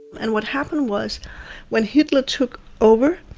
and what happened was when hitler took over.